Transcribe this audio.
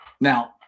Now